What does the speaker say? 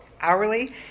hourly